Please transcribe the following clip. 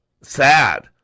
sad